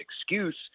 excuse